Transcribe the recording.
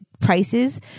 prices